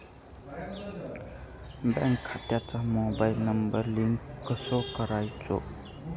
Bank खात्यात mobile number link कसो करायचो?